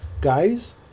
guys